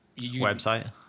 website